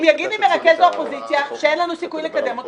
אם יגיד מרכז האופוזיציה שאין לנו סיכוי לקדם אותו